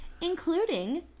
including